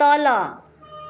तल